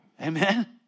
Amen